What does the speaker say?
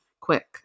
quick